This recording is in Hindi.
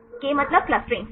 k मतलब क्लस्टरिंग सही